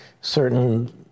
certain